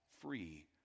free